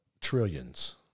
Trillions